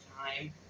time